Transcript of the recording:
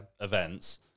events